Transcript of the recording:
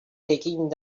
taking